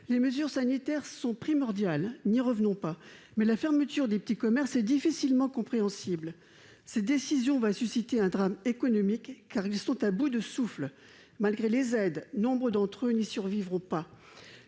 Les mesures sanitaires sont primordiales, n'y revenons pas, mais la fermeture des petits commerces est difficilement compréhensible. Elle va entraîner un drame économique, car ces petits commerces sont à bout de souffle. Malgré les aides, nombre d'entre eux n'y survivront pas.